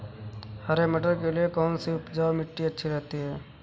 हरे मटर के लिए कौन सी उपजाऊ मिट्टी अच्छी रहती है?